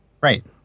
Right